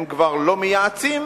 הם כבר לא מייעצים,